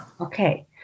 Okay